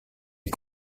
est